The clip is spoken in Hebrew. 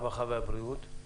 הרווחה והבריאות,